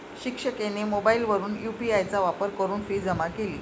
शिक्षिकेने मोबाईलवरून यू.पी.आय चा वापर करून फी जमा केली